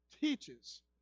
teaches